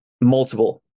multiple